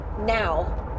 now